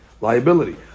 liability